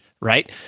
right